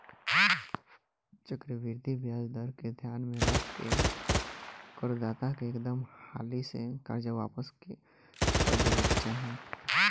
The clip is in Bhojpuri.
चक्रवृद्धि ब्याज दर के ध्यान में रख के कर दाता के एकदम हाली से कर्जा वापस क देबे के चाही